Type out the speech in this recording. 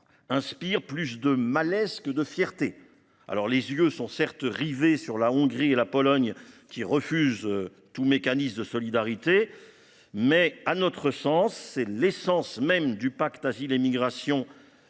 suscite plus de malaise que de fierté. Les yeux sont certes rivés sur la Hongrie et la Pologne, qui refusent tout mécanisme de solidarité, mais, selon nous, c’est l’essence même du pacte sur la migration